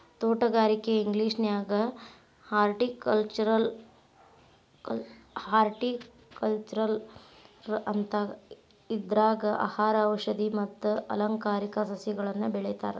ತೋಟಗಾರಿಕೆಗೆ ಇಂಗ್ಲೇಷನ್ಯಾಗ ಹಾರ್ಟಿಕಲ್ಟ್ನರ್ ಅಂತಾರ, ಇದ್ರಾಗ ಆಹಾರ, ಔಷದಿ ಮತ್ತ ಅಲಂಕಾರಿಕ ಸಸಿಗಳನ್ನ ಬೆಳೇತಾರ